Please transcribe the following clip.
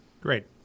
Great